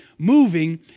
Moving